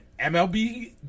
mlb